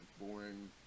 boring